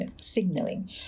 signaling